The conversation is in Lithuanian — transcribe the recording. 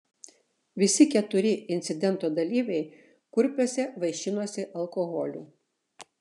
visi keturi incidento dalyviai kurpiuose vaišinosi alkoholiu